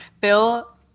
Bill